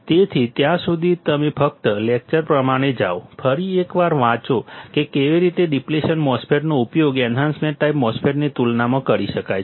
તેથી ત્યાં સુધી તમે ફક્ત લેકચર પ્રમાણે જાઓ ફરી એકવાર વાંચો કે કેવી રીતે ડીપ્લેશન MOSFET નો ઉપયોગ એન્હાન્સમેન્ટ ટાઈપ MOSFET ની તુલનામાં કરી શકાય છે